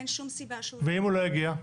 אין שום סיבה שהוא לא יגיע.